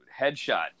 headshot